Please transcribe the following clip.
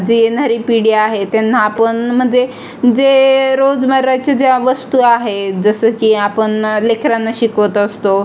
जी येणारी पिढी आहे त्यांना आपण म्हणजे जे रोजमर्राच्या ज्या वस्तू आहेत जसं की आपण लेकरांना शिकवत असतो